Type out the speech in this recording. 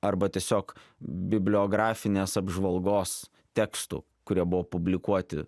arba tiesiog bibliografinės apžvalgos tekstų kurie buvo publikuoti